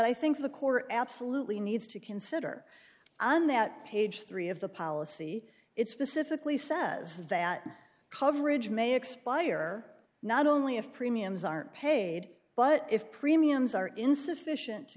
i think the core absolutely needs to consider and that page three of the policy it's specifically says that coverage may expire not only if premiums aren't paid but if premiums are insufficient to